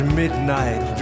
midnight